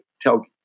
tell